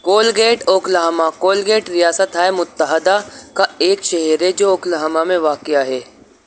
Colgate Oklahoma Colgate ریاست ہائے متحدہ کا ایک شہر ہے جو اوکلاہما میں واقعہ ہے